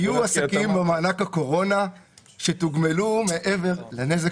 היו עסקים במענה הקורונה שתוגמלו מעבר לנזק.